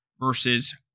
versus